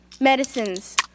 medicines